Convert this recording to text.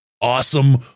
Awesome